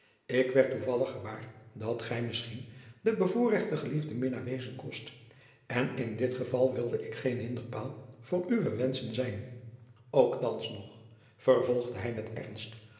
ik werd toevallig gewaar dat gij misschien de bevoorrechte geliefde minnaar wezen kost en in dat geval wilde ik geen hinderpaal voor uwe wenschen zijn ook thands nog vervolgde hij met ernst